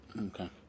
Okay